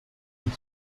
ihn